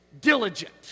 diligent